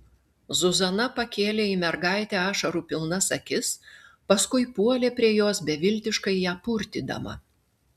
zuzana pakėlė į mergaitę ašarų pilnas akis paskui puolė prie jos beviltiškai ją purtydama